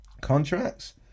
contracts